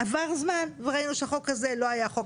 עבר זמן וראינו שהחוק הזה לא היה חוק